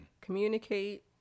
Communicate